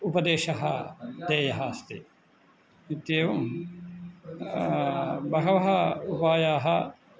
उपदेशः देयः अस्ति इत्येवं बहवः उपायाः